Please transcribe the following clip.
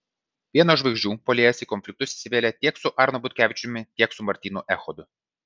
pieno žvaigždžių puolėjas į konfliktus įsivėlė tiek su arnu butkevičiumi tiek su martynu echodu